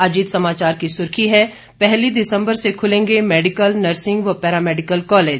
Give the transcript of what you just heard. अजीत समाचार की सुर्खी है पहली दिसम्बर से खुलेंगे मैडिकल नर्सिंग व पैरामैडिकल कॉलेज